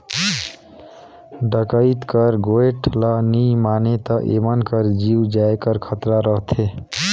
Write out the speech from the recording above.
डकइत कर गोएठ ल नी मानें ता एमन कर जीव जाए कर खतरा रहथे